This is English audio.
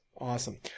Awesome